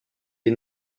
les